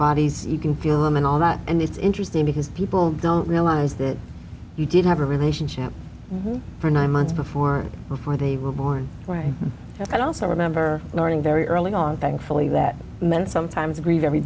bodies you can feel them and all that and it's interesting because people don't realize that you didn't have a relationship for nine months before before they were born right i'd also remember learning very early on thankfully that men sometimes grieve every